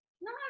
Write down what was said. No